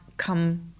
Come